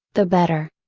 the better.